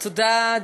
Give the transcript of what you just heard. תודה,